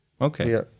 Okay